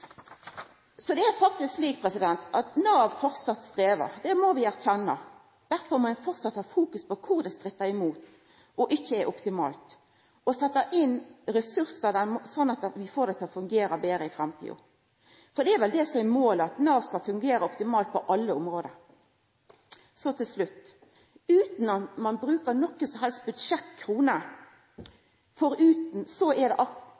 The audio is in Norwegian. faktisk slik at Nav framleis strevar, det må vi erkjenna. Derfor må ein framleis ha fokus på kor det strittar imot og ikkje er optimalt, og setja inn ressursar, slik at ein får det til å fungera i framtida. For det er vel det som er målet at Nav skal fungera optimalt på alle område. Så til slutt: Utan at ein brukar noko som helst av budsjettkroner – menneskelege ressursar og eigenskapar er